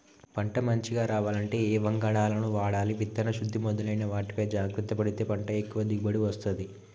పంట మంచిగ రావాలంటే ఏ వంగడాలను వాడాలి విత్తన శుద్ధి మొదలైన వాటిపై జాగ్రత్త పడితే పంట ఎక్కువ దిగుబడి వస్తది